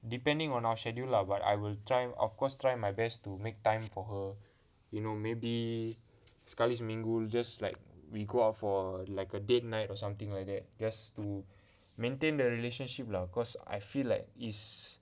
depending on our schedule lah but I will try of course try my best to make time for her you know maybe sekali seminggu just like we go out for like a date night or something like that just to maintain the relationship lah cause I feel like it's